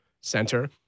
center